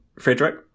Frederick